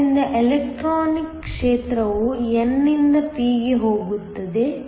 ಆದ್ದರಿಂದ ಎಲೆಕ್ಟ್ರಾನಿಕ್ ಕ್ಷೇತ್ರವು n ನಿಂದ p ಗೆ ಹೋಗುತ್ತದೆ